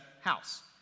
house